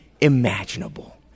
imaginable